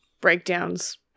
breakdowns